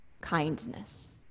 kindness